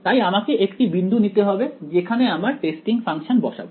তাই আমাকে একটি বিন্দু নিতে হবে যেখানে আমার টেস্টিং ফাংশন বসাবো